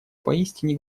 поистине